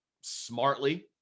smartly